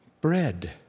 bread